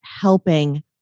helping